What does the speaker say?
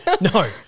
no